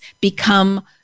become